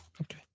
Okay